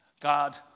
God